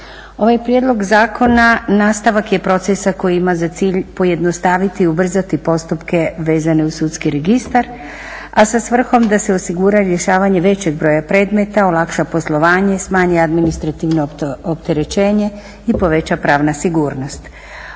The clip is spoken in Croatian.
Ovaj prijedlog zakona nastavak je procesa koji ima za cilj pojednostaviti i ubrzati postupke vezane uz sudski registar a sa svrhom da se osigura rješavanje većeg broja predmeta, olakša poslovanje, smanje administrativno opterećenje i poveća pravna sigurnost.